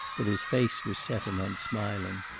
but his face was set and unsmiling.